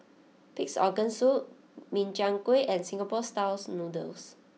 Pig'S Organ Soup Min Chiang Kueh and Singapore Style Noodles